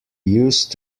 used